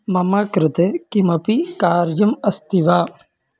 मम कृते किमपि कार्यम् अस्ति वा